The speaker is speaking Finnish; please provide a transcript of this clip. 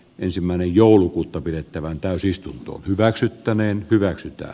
ensimmäinen joulukuuta pidettävään täysistunto hyväksyttäneen hyväksytty